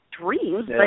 Dreams